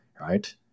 right